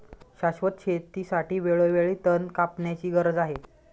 शाश्वत शेतीसाठी वेळोवेळी तण कापण्याची गरज आहे